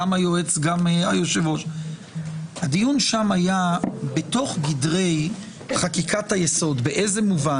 גם היועץ המשפטי וגם היושב ראש - בתוך גדרי חקיקת היסוד במובן